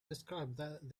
described